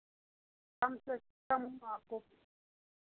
कम से कम आपको